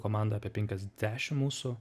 komanda apie penkiasdešim mūsų